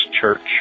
church